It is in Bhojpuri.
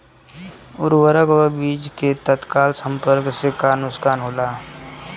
उर्वरक व बीज के तत्काल संपर्क से का नुकसान होला?